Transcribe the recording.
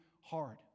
hard